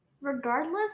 Regardless